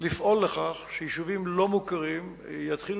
לפעול לכך שיישובים לא מוכרים יתחילו